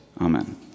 Amen